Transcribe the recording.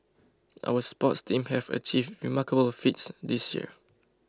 our sports team have achieved remarkable feats this year